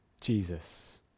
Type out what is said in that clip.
Jesus